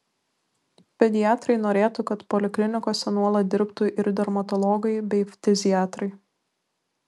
pediatrai norėtų kad poliklinikose nuolat dirbtų ir dermatologai bei ftiziatrai